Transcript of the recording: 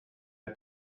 are